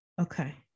okay